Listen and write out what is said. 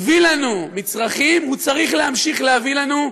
הוא הביא לנו מצרכים והוא צריך להמשיך להביא לנו.